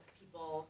people